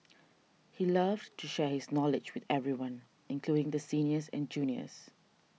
he loved to share his knowledge with everyone including the seniors and juniors